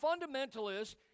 Fundamentalists